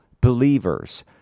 believers